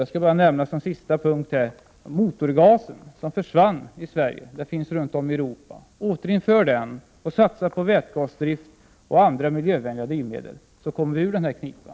Jag skall bara som sista punkt nämna motorgasen, som försvann i Sverige. Den finns runt om i Europa. Återinför den, satsa på vätgasdrift och andra miljövänliga drivmedel! Då kommer vi ur den här knipan.